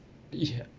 yeah